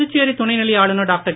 புதுச்சேரி துணைநிலை ஆளுனர் டாக்டர்